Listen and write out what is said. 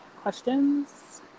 questions